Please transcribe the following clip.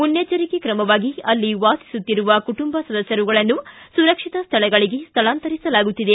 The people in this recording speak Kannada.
ಮುನ್ನೆಚ್ಚರಿಕ ತ್ರಮವಾಗಿ ಅಲ್ಲಿ ವಾಸಿಸುತ್ತಿರುವ ಕುಟುಂಬ ಸದಸ್ಯರುಗಳನ್ನು ಸುರಕ್ಷಿತ ಸ್ಥಳಗಳಿಗೆ ಸ್ಥಳಾಂತರಿಸಲಾಗುತ್ತಿದೆ